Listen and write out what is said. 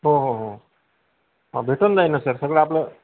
हो हो हो हां भेटून जाईन नां सर सगळं आपलं